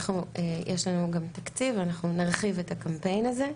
יש לנו גם תקציב ואנחנו נרחיב את הקמפיין הזה.